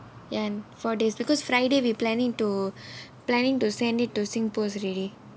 ya four days because friday we planning to planning to send it to SingPost already